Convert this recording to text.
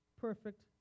perfect